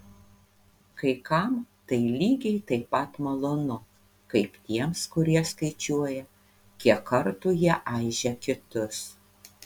kai kam tai lygiai taip pat malonu kaip tiems kurie skaičiuoja kiek kartų jie aižė kitus